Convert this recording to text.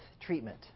treatment